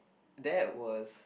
that was